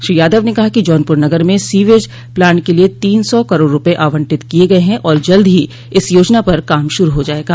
श्री यादव ने कहा कि जौनपुर नगर में सीवेज प्लांट के लिए तीन सौ करोड़ रूपये आवंटित किये गये हैं और जल्द ही इस योजना पर काम शुरू हो जायेगा